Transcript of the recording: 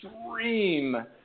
extreme